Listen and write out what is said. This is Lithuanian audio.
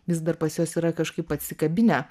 vis dar pas juos yra kažkaip apsikabinę